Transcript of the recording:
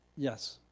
yes,